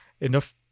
enough